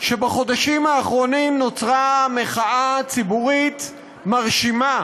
שבחודשים האחרונים נוצרה מחאה ציבורית מרשימה